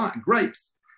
grapes